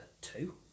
two